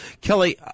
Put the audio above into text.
kelly